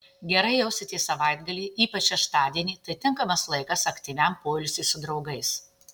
gerai jausitės savaitgalį ypač šeštadienį tai tinkamas laikas aktyviam poilsiui su draugais